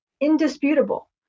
indisputable